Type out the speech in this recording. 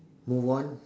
move on